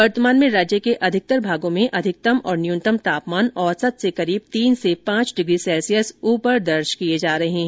वर्तमान में राज्य के अधिकतर भागों में अधिकतम और न्यूनतम तापमान औसत से करीब तीन से पांच डिग्री सेल्सियस ऊपर दर्ज किए जा रहे हैं